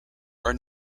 are